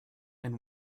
and